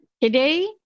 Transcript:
Today